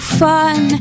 fun